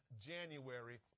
January